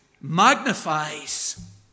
magnifies